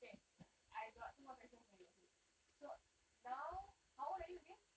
okay I got two more questions for you okay so now how old are you again